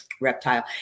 reptile